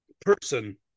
person